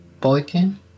Boykin